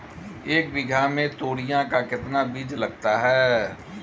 एक बीघा में तोरियां का कितना बीज लगता है?